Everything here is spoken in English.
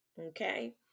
okay